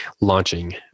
launching